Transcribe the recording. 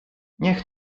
niech